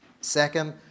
Second